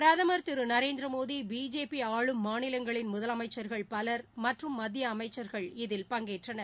பிரதமர் திரு நரேந்திர மோடி பிஜேபி ஆளும் மாநிலங்களின் முதலமைச்சர்கள் பலர் மற்றும் மத்திய அமைச்சர்கள் இதில் பங்கேற்றனர்